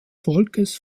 volkes